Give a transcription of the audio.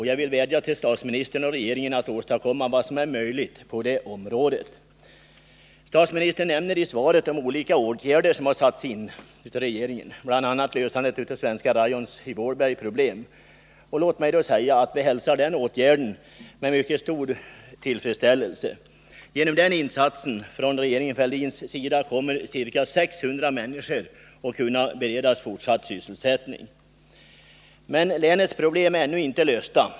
Jag vill vädja till statsministern och regeringen att försöka åstadkomma vad som är möjligt på detta område. Statsministern nämner i svaret olika åtgärder som satts in av regeringen, bl.a. för att lösa problemen för Svenska Rayon i Vålberg. Låt mig säga att vi hälsar den åtgärden med mycket stor tillfredsställelse. Genom denna insats från regeringen Fälldin kommer ca 600 människor att kunna beredas fortsatt sysselsättning. Men länets problem är ännu inte lösta.